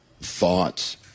thoughts